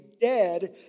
dead